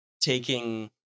taking